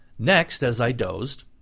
next, as i dozed,